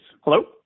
Hello